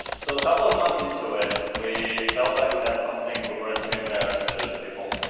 so a couple of months into it, we felt like we had something we weren't too embarrassed to show to people.